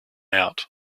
out